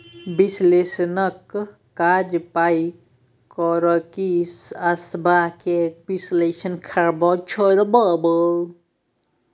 बिश्लेषकक काज पाइ कौरीक अबस्था केँ बिश्लेषण करब छै